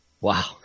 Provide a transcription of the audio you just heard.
Wow